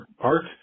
art